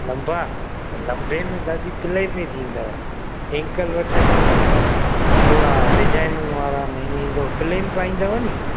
लंबा त लंबे में दादी प्लेन ई ईंदव एंकल वठंदव त थोरा डिज़ाइनियुनि वारा न इअं ईंदो प्लेन पाईंदव नी